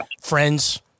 friends